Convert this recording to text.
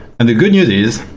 and the good news is,